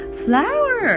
flower